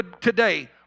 today